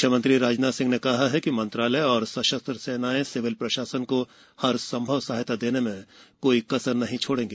रक्षा मंत्री राजनाथ सिंह ने कहा कि मंत्रालय और सशस्त्र सेनाएं सिविल प्रशासन को हर संभव सहायता देने में कोई कसर नहीं छोड़ेंगी